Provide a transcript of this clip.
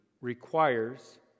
requires